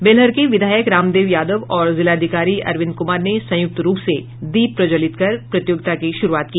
बेलहर के विधायक रामदेव यादव और जिलाधिकारी अरविंद कुमार ने संयुक्त रूप से दीप प्रज्जवलित कर प्रतियोगिता की शुरूआत की